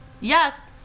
Yes